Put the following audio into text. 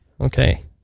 Okay